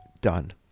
done